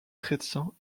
chrétiens